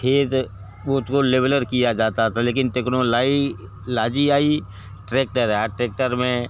खेत ओत को लेवलर किया जाता था लेकिन टेक्नालाईलाजी आई ट्रेक्टर आया टेक्टर में